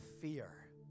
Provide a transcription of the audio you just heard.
fear